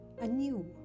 anew